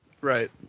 Right